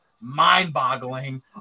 mind-boggling